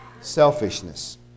selfishness